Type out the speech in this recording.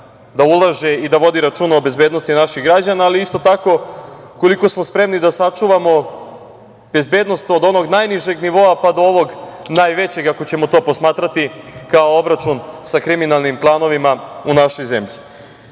da ulaže i da vodi računa o bezbednosti naših građana, ali isto tako, koliko smo spremni da sačuvamo bezbednost od onog najnižeg nivoa, pa do ovog najvećeg, ako ćemo to posmatrati kao obračun sa kriminalnim klanovima u našoj zemlji. Taj